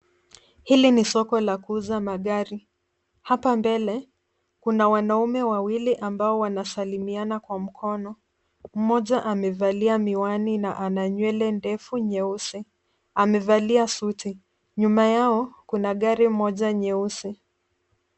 Hili ni soko la kuuza magari. Hapa mbele kuna wanaume wawili ambao wanasalimiana kwa mkono. Mmoja amevalia miwani na ana nywele ndefu nyeusi. Amevalia suti. Nyuma yao kuna gari moja nyeusi.